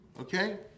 okay